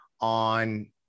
on